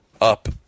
up